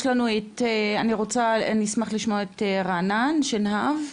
אני אשמח לשמוע את רענן שנהב.